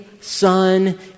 son